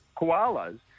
koalas